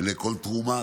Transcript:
שקלים לכל תרומה,